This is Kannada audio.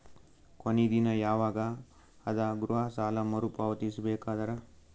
ಕೊನಿ ದಿನ ಯವಾಗ ಅದ ಗೃಹ ಸಾಲ ಮರು ಪಾವತಿಸಬೇಕಾದರ?